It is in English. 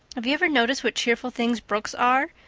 have you ever noticed what cheerful things brooks are?